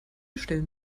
stellen